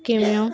ਕਿਵੇਂ ਹੋ